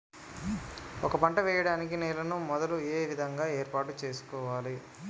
ఒక పంట వెయ్యడానికి నేలను మొదలు ఏ విధంగా ఏర్పాటు చేసుకోవాలి?